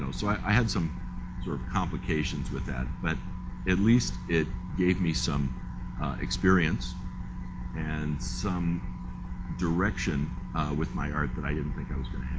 so so i had some sort of complications with that but at least it gave me some experience and some direction with my art that i didn't think i was